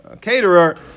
caterer